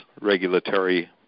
regulatory